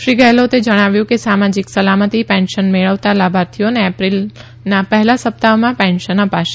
શ્રી ગેહલોતે જણાવ્યું કે સામાજીક સલામતી પેન્શન મેળવતા લાભાર્થીઓને એપ્રિલના પહેલા સપ્તાહમાં પેન્શન અપાશે